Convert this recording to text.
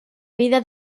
vida